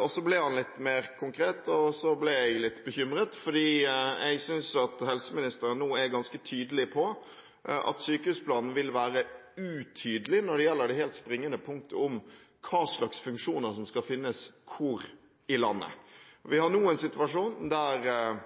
og så ble han litt mer konkret, og så ble jeg litt bekymret, fordi jeg synes at helseministeren nå er ganske tydelig på at sykehusplanen vil være utydelig når det gjelder det helt springende punktet om hva slags funksjoner som skal finnes hvor i landet. Vi har nå en situasjon der